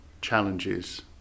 challenges